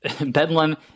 Bedlam